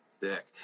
Dick